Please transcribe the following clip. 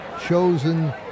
chosen